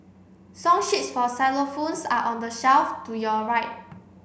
song sheets for xylophones are on the shelf to your right